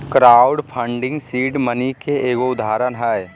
crowd funding seed money के एगो उदाहरण हय